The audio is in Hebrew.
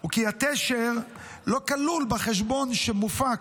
הוא כי התשר לא כלול בחשבון שמופק.